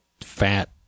fat